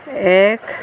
এক